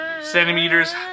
centimeters